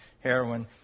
heroin